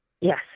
Yes